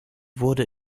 wurde